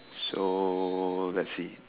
so let's see